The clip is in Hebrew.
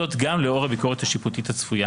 זאת, גם לאור הביקורת השיפוטית הצפויה.